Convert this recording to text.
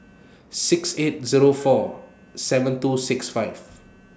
six eight Zero four seven two six five